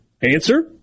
Answer